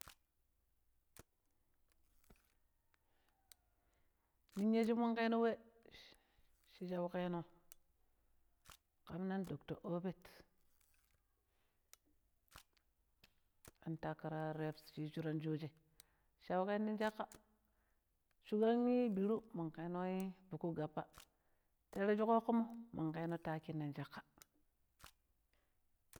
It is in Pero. ﻿Minya shi monƙenowe shi shauƙeno ƙn nong docto Obet an takara ribs shi ishura soje shauƙe no nong caƙƙa shukan biru monƙenoi buku gappa, ti tereshi ƙooƙomo monƙeno taki nin caƙƙa.